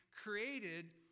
created